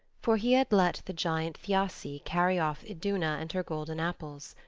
for he had let the giant thiassi carry off iduna and her golden apples.